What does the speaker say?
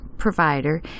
provider